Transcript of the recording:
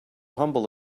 humble